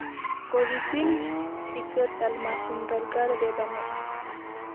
ᱠᱳᱵᱷᱤᱥᱤᱞᱰ ᱴᱤᱠᱟᱹ ᱛᱟᱞᱢᱟ ᱥᱩᱱᱫᱚᱨᱜᱚᱲ ᱨᱮ ᱵᱟᱹᱱᱩᱜᱼᱟ